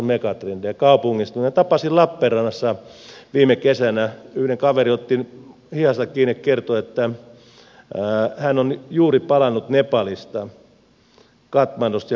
kaupungistuminen minä tapasin lappeenrannassa viime kesänä yhden kaverin joka otti hihasta kiinni ja kertoi että hän on juuri palannut nepalista sen pääkaupungista katmandusta